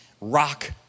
Rock